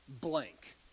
blank